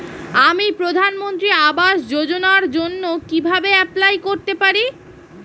আমি প্রধানমন্ত্রী আবাস যোজনার জন্য কিভাবে এপ্লাই করতে পারি?